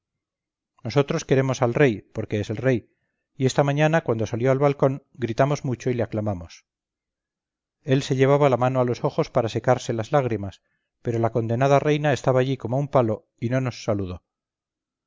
nosotros queremos al rey porque es el rey y esta mañana cuando salió al balcón gritamos mucho y le aclamamos él se llevaba la mano a los ojos para secarse las lágrimas pero la condenada reina estaba allí como un palo y no nos saludó